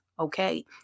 Okay